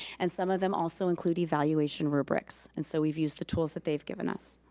and some of them also include evaluation rubrics. and so we've used the tools that they've given us.